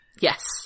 Yes